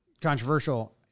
controversial